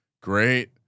great